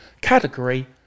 category